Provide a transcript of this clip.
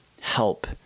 help